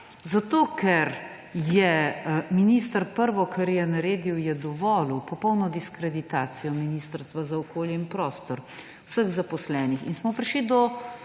Zato ker je minister prvo, kar je naredil, je dovolil popolno diskreditacijo Ministrstva za okolje in prostor, vseh zaposlenih. Prišli smo